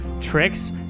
tricks